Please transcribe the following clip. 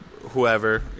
whoever